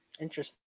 Interesting